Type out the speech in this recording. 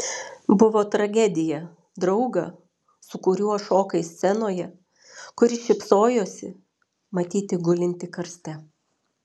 buvo tragedija draugą su kuriuo šokai scenoje kuris šypsojosi matyti gulintį karste